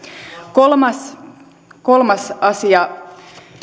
kolmas kolmas asia